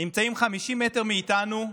נמצאים 50 מטר מאיתנו,